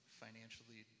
financially